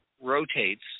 rotates